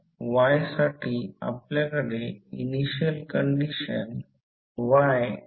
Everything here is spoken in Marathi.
तर हे सर्व X L1 5 Ω X L2 5 Ω K M √L1L2 सर्वकाही दिलेले आहे